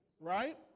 right